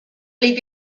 leave